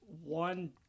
one